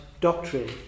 doctrine